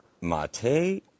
Mate